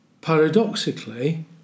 Paradoxically